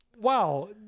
wow